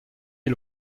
est